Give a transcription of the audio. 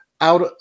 out